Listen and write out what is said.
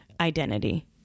identity